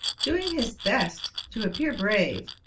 doing his best to appear brave,